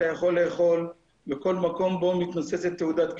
אתה יכול לאכול בכל מקום בו מתנוססת תעודת כשרות.